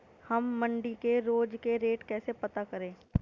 हम मंडी के रोज के रेट कैसे पता करें?